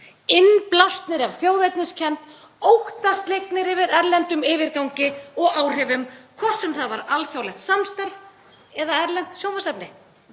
Innblásnir af þjóðerniskennd, óttaslegnir yfir erlendum yfirgangi og áhrifum, hvort sem það var alþjóðlegt samstarf eða erlent sjónvarpsefni.